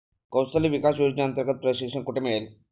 कौशल्य विकास योजनेअंतर्गत प्रशिक्षण कुठे मिळेल?